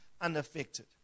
unaffected